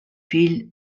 fill